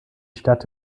stadt